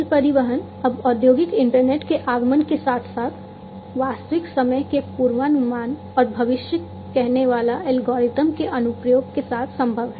rail परिवहन अब औद्योगिक इंटरनेट के आगमन के साथ साथ वास्तविक समय के पूर्वानुमान और भविष्य कहनेवाला एल्गोरिदम के अनुप्रयोग के साथ संभव है